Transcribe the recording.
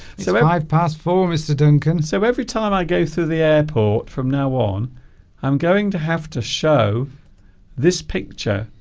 so i pass for mr. duncan so every time i go through the airport from now on i'm going to have to show this picture